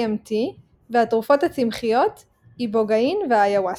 DMT והתרופות הצמחיות, איבוגאין ואיוואסקה.